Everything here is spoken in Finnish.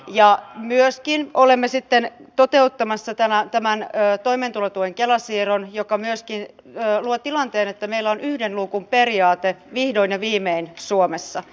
ja myöskin olemme sitten toteuttamassa tämän toimeentulotuen kela siirron joka myöskin luo tilanteen että meillä on yhden luukun periaate vihdoin ja viimein suomessa